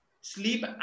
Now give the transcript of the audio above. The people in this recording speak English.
Sleep